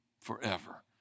forever